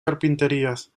carpinterías